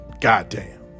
goddamn